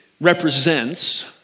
represents